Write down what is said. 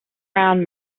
round